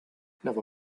never